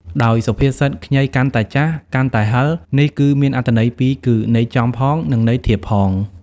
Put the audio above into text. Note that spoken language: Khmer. ដោយសុភាសិត ខ្ញីកាន់តែចាស់ កាន់តែហឹរ នេះគឺមានអត្ថន័យពីរគឺ ន័យចំផង និងន័យធៀបផង។